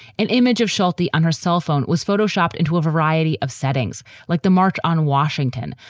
an image of shelta on her cell phone was photoshopped into a variety of settings like the march on washington,